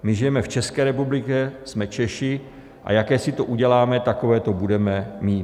My žijeme v České republice, jsme Češi, a jaké si to uděláme, takové to budeme mít.